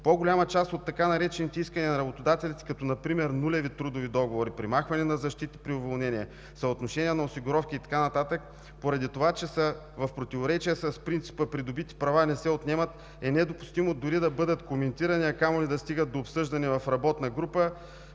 По-голяма част от така наречените „искания на работодателите“ като например нулеви трудови договори, премахване на защита при уволнения, съотношение на осигуровки и така нататък, поради това че са в противоречия с принципа „придобити права не се отнемат“, е недопустимо дори да бъдат коментирани, а камо ли да стигат до обсъждане в работна група